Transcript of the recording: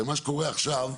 הרי מה שקורה עכשיו,